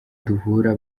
duhura